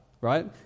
right